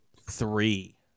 three